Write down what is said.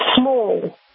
small